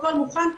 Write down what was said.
הכל מוכן.